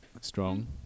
Strong